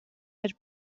that